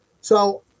So-